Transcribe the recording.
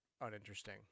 uninteresting